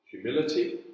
humility